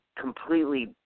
completely